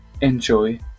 enjoy